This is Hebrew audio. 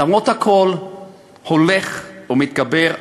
ולמרות הכול הולך ומתגבר.